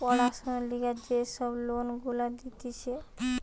পড়াশোনার লিগে যে সব লোন গুলা দিতেছে